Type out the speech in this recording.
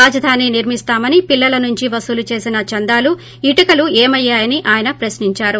రాజధాని నిర్మిస్తామని పిల్లల నుంచి వసూలు చేసిన చందాలు ఇటుకలు ఏమయ్యాయని ఆయన ప్రశ్నించారు